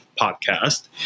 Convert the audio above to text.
podcast